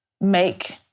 make